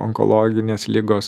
onkologinės ligos